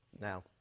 Now